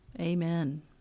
amen